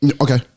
Okay